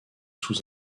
sous